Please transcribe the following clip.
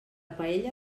paella